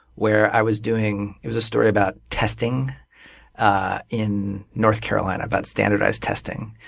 where i was doing it was a story about testing in north carolina, about standardized testing.